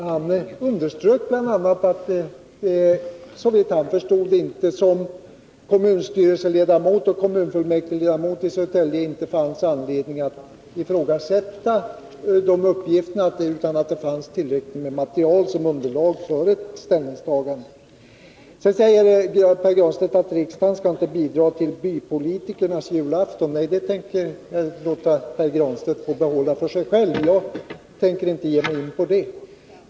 Han underströk bl.a. att såvitt han förstår som kommunstyrelseledamot och kommunfullmäktigeledamot i Södertälje fanns det inte anledning att ifrågasätta de uppgifter det här gäller, utan det fanns tillräckligt material som underlag för ett ställningstagande. Sedan säger Pär Granstedt att riksdagen inte skall bidra till bypolitikernas julafton. Nej, det tänker jag låta Pär Granstedt få behålla för sig själv, det tänker jag inte ge mig in på.